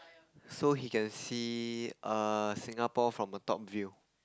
so he can see err Singapore from a top view